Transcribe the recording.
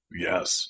Yes